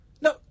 No